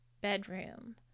bedroom